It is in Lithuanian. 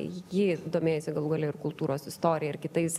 ji domėjosi galų gale ir kultūros istoriją ir kitais